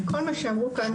עם כל מה שאמרו כאן,